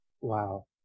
Wow